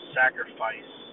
sacrifice